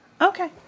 Okay